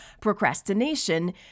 procrastination